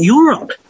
Europe